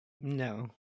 No